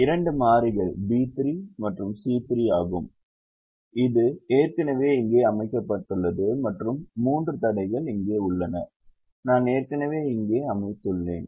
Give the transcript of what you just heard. இரண்டு மாறிகள் B3 மற்றும் C3 ஆகும் இது ஏற்கனவே இங்கே அமைக்கப்பட்டுள்ளது மற்றும் மூன்று தடைகள் இங்கே உள்ளன நான் ஏற்கனவே இங்கே அமைத்துள்ளேன்